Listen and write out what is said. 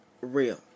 real